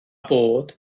bod